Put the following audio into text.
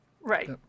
Right